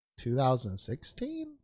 2016